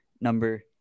number